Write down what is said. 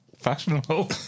fashionable